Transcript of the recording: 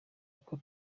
uko